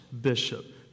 Bishop